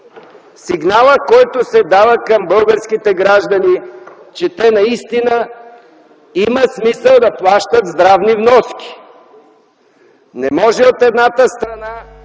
сигналът, който се дава към българските граждани, че те наистина имат смисъл да плащат здравни вноски. Не може от едната страна